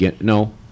no